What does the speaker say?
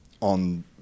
on